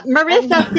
Marissa